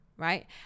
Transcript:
Right